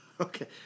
Okay